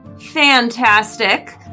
fantastic